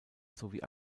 sowie